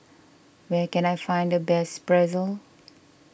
where can I find the best Pretzel